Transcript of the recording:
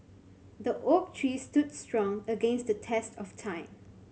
the oak tree stood strong against the test of time